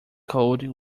code